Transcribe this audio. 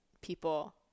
people